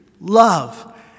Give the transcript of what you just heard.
love